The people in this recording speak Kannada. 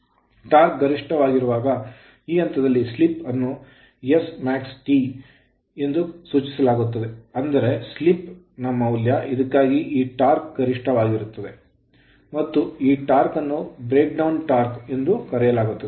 ಟಾರ್ಕ್ ಗರಿಷ್ಠವಾಗಿರುವ ಈ ಹಂತದಲ್ಲಿ ಸ್ಲಿಪ್ ಅನ್ನು smaxT ಎಂದು ಸೂಚಿಸಲಾಗುತ್ತದೆ ಅಂದರೆ slip ಸ್ಲಿಪ್ ನ ಮೌಲ್ಯ ಇದಕ್ಕಾಗಿ ಈ torque ಟಾರ್ಕ್ ಗರಿಷ್ಠವಾಗಿರುತ್ತದೆ ಮತ್ತು ಈ torque ಟಾರ್ಕ್ ಅನ್ನು Breakdown torque breakdown torque ಎಂದು ಕರೆಯಲಾಗುತ್ತದೆ